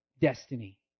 destiny